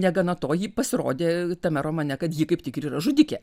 negana to ji pasirodė tame romane kad ji kaip tik ir yra žudikė